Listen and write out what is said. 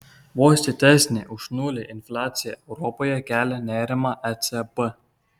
vos didesnė už nulį infliacija europoje kelia nerimą ecb